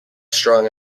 strong